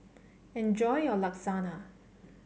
enjoy your Lasagna